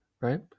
right